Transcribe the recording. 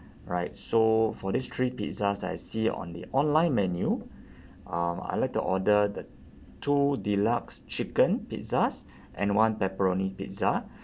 right so for this three pizzas I see on the online menu um I'd like to order the two deluxe chicken pizzas and one pepperoni pizza